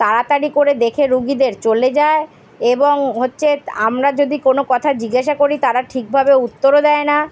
তাড়াতাড়ি করে দেখে রুগিদের চলে যায় এবং হচ্ছে আমরা যদি কোনো কথার জিজ্ঞাসা করি তারা ঠিকভাবে উত্তরও দেয় না